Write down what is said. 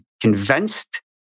convinced